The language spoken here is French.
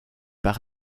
par